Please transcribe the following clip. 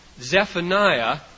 Zephaniah